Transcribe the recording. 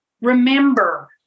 remember